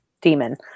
demon